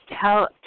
tell